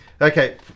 Okay